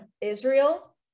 israel